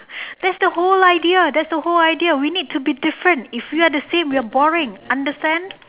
that's the whole idea that's the whole idea we need to be different if we are the same we are boring understand